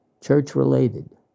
Church-related